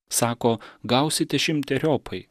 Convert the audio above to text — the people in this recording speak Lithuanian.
sako gausite šimteriopai